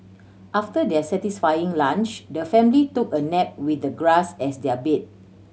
after their satisfying lunch the family took a nap with the grass as their bed